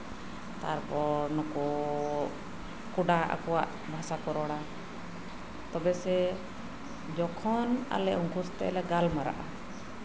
ᱛᱟᱨᱯᱚᱨ ᱱᱩᱠᱩ ᱠᱳᱰᱟ ᱟᱠᱚᱣᱟᱜ ᱵᱷᱟᱥᱟ ᱠᱚ ᱨᱚᱲᱟ ᱛᱚᱵᱮ ᱥᱮ ᱡᱚᱠᱷᱚᱱ ᱟᱞᱮ ᱩᱱᱠᱩ ᱥᱟᱛᱮᱜ ᱯᱮ ᱜᱟᱞᱢᱟᱨᱟᱣᱟ